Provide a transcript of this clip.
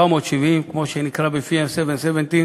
770, כמו שנקרא בפיהם, Seven Seventy,